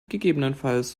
ggf